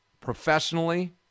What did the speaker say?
professionally